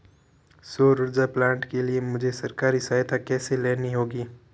सौर ऊर्जा प्लांट के लिए मुझे सरकारी सहायता कैसे लेनी होगी?